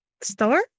store